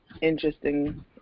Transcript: interesting